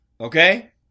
Okay